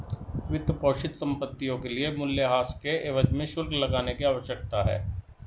वित्तपोषित संपत्तियों के लिए मूल्यह्रास के एवज में शुल्क लगाने की आवश्यकता है